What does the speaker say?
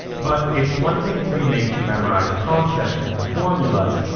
but it's one thing to be made to memorize a concept and the formulas,